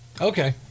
okay